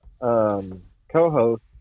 co-host